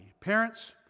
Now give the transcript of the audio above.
parents